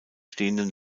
stehenden